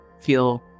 feel